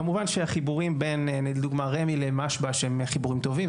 כמובן שהחיבורים בין לדוגמה רמ"י למשב"ש הם חיבורים טובים,